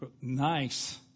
nice